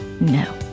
No